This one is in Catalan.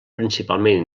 principalment